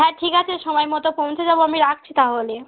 হ্যাঁ ঠিক আছে সময় মতো পৌঁছে যাব আমি রাখছি তাহলে